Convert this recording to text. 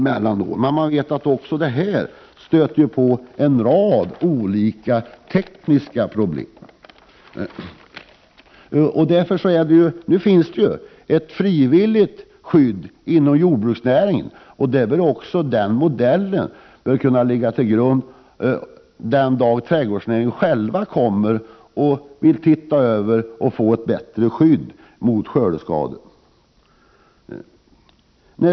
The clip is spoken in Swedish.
Även detta medför dock en rad tekniska problem. Nu finns ett frivilligt skydd inom jordbruksnäringen, och modellen för det skyddet kan också ligga till grund för trädgårdsnäringen, om den vill skapa ett bättre skydd vid skördeskador.